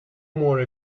more